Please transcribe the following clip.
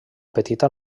petita